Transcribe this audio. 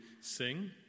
sing